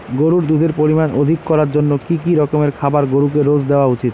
গরুর দুধের পরিমান অধিক করার জন্য কি কি রকমের খাবার গরুকে রোজ দেওয়া উচিৎ?